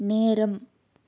நேரம்